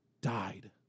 died